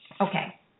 Okay